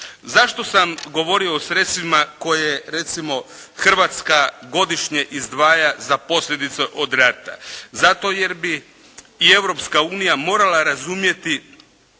Zašto sam govorio o sredstvima koje recimo Hrvatska godišnje izdvaja za posljedice od rata? Zato jer bi i Europska unija morala razumjeti